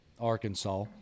Arkansas